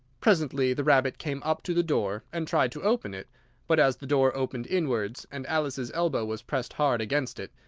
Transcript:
presently the rabbit came up to the door, and tried to open it but, as the door opened inwards, and alice's elbow was pressed hard against it,